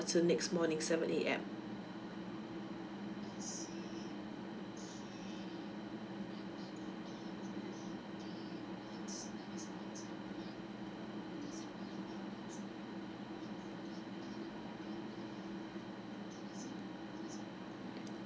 to next morning seven A_M